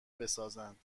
بسازند